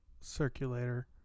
circulator